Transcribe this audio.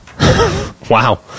wow